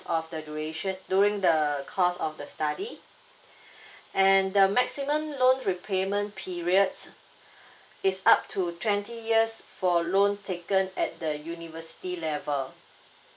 of the duration during the course of the study and the maximum loan repayment period is up to twenty years for loan taken at the university level